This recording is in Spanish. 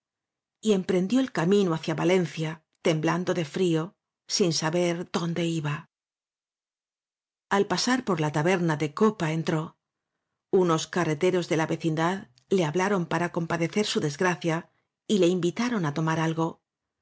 escopeta y emprendió el camino hacia valencia temblandoele frío sin saber dónde iba al pasar por la taberna de copa entróunos carreteros de la vecindad le hablaron para compadecer su desgracia y le invitaron á tomar algo